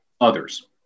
others